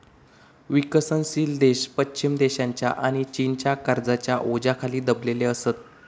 विकसनशील देश पश्चिम देशांच्या आणि चीनच्या कर्जाच्या ओझ्याखाली दबलेले असत